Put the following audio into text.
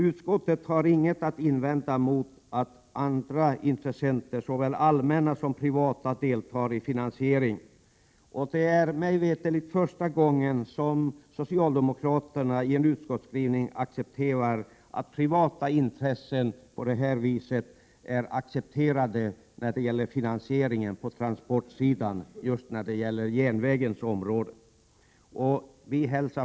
Utskottet har inget att invända mot att andra intressenter, såväl allmänna som privata, deltar i finansieringen. Det är mig veterligt första gången som socialdemokraterna i en utskottsskrivning accepterar att privata intressen på detta sätt deltar i finansieringen på transportsidan, åtminstone på järnvägens område.